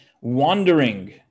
wandering